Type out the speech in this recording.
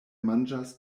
manĝas